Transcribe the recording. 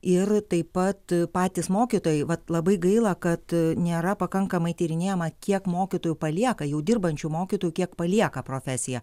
ir taip pat patys mokytojai vat labai gaila kad nėra pakankamai tyrinėjama kiek mokytojų palieka jau dirbančių mokytojų kiek palieka profesiją